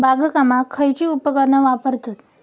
बागकामाक खयची उपकरणा वापरतत?